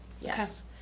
Yes